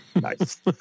Nice